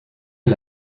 est